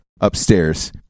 upstairs